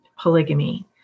polygamy